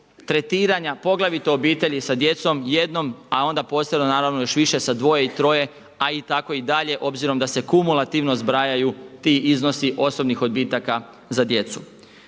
tretiranja poglavito obitelji sa djecom jednom, a onda …/Govornik se ne razumije./… još više sa dvoje i troje a i tako i dalje obzirom da se kumulativno zbrajaju ti iznosi osobnih odbitaka za djecu.